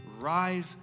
rise